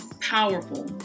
powerful